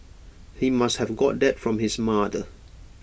he must have got that from his mother